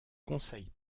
conseil